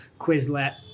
Quizlet